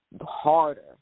harder